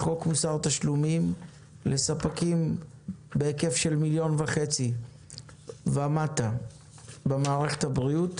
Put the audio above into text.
חוק מוסר תשלומים לספקים בהיקף של מיליון וחצי ומטה במערכת הבריאות,